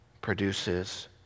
produces